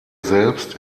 selbst